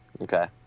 Okay